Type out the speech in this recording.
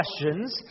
questions